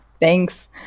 Thanks